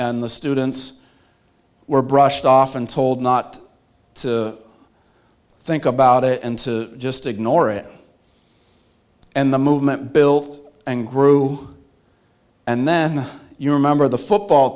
and the students were brushed off and told not to think about it and to just ignore it and the movement built and grew and then you remember the football